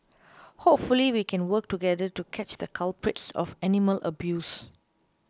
hopefully we can work together to catch the culprits of animal abuse